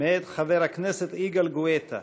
מאת חבר הכנסת יגאל גואטה,